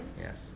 Yes